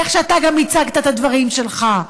איך שגם אתה הצגת את הדברים שלך,